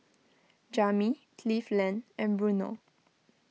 Jami Cleveland and Bruno